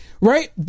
right